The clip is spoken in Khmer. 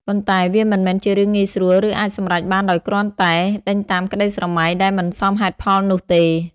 ប៉ុន្តែវាមិនមែនជារឿងងាយស្រួល ឬអាចសម្រេចបានដោយគ្រាន់តែ ដេញតាមក្តីស្រមៃដែលមិនសមហេតុផលនោះទេ។